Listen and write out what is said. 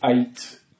eight